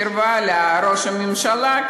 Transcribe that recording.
קרבה לראש הממשלה,